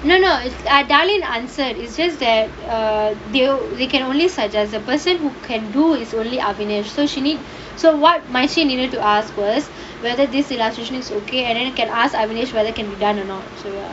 no no is darlene answered is just that err they can only suggest the person who can do is only ahvenesh so she need so what needed to ask was whether this illustration is okay and then can ask ahvenesh whether can be done or not